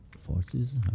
forces